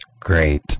Great